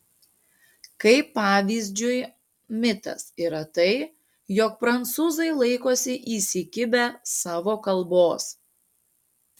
kaip pavyzdžiui mitas yra tai jog prancūzai laikosi įsikibę savo kalbos